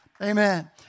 Amen